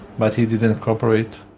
but he didn't cooperate